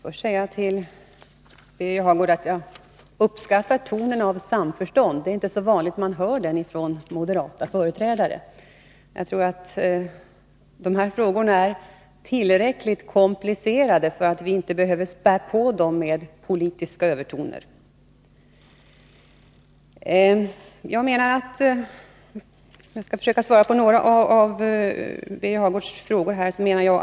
Fru talman! Jag uppskattar tonen av samförstånd hos Birger Hagård. Det är inte så vanligt att man hör den från moderata företrädare. Dessa frågor är tillräckligt komplicerade utan att vi behöver späda på problemen med politiska övertoner. Jag skall försöka svara på några av Birger Hagårds frågor.